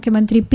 મુખ્યમંત્રી પી